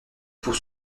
pour